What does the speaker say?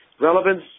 Relevance